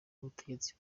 ubutegetsi